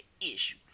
issue